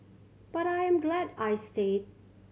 but I am glad I stayed